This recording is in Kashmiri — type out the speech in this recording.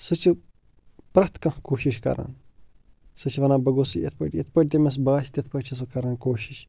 سُہ چھُ پرٛٮ۪تھ کانٛہہ کوٗشِش کَران سُہ چھُ ونان بہٕ گوٚژھُس یِتھ پٲٹھۍ یِتھ پٲٹھۍ تٔمِس باسہِ تِتھ پٲٹھۍ چھُ سُہ کَران کوٗشِش